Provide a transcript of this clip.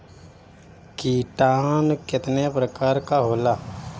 किटानु केतना प्रकार के होला?